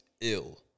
ill